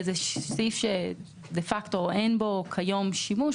זה סעיף שדה פקטו אין בו היום שימוש,